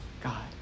God